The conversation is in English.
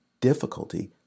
difficulty